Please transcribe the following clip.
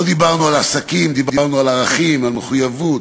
לא דיברנו על עסקים, דיברנו על ערכים, על מחויבות.